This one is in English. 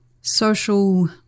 social